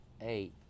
eight